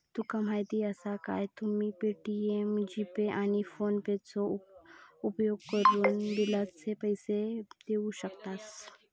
तुका माहीती आसा काय, तुम्ही पे.टी.एम, जी.पे, आणि फोनेपेचो उपयोगकरून बिलाचे पैसे देऊ शकतास